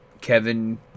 Kevin